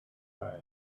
time